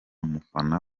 mufana